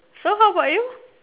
so how about you